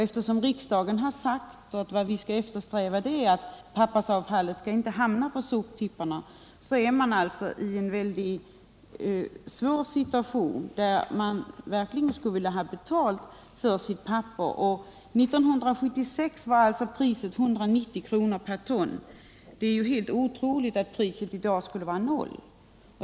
Eftersom riksdagen har sagt att vi skall eftersträva att ta vara på pappersavfallet och inte låta det hamna på soptipparna, befinner sig kommunerna i en svår situation. De skulle verkligen vilja få betalt för sitt papper. År 1976 var priset på detta 190 kr. per ton, varför jag tycker det är otroligt att priset i dag skulle vara noll.